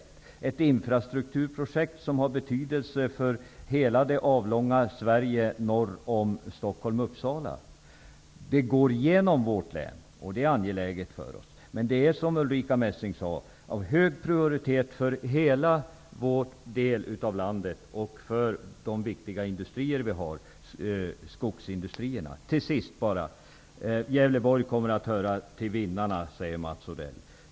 Det är ett infrastrukturprojekt som har betydelse för hela det avlånga Sverige norr om Stockholm--Uppsala. Det berör vårt län, och det är angeläget för oss. Men som Ulrica Messing sade har projektet hög prioritet för hela vår del av landet och för de viktiga industrier som vi har, bl.a. Till sist: Gävleborg kommer att höra till vinnarna, sade Mats Odell.